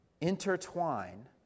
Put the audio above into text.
intertwine